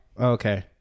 Okay